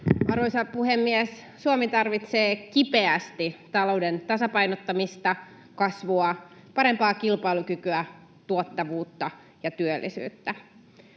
Arvoisa puhemies! Suomi tarvitsee kipeästi talouden tasapainottamista, kasvua, parempaa kilpailukykyä, tuottavuutta ja työllisyyttä.